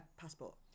passport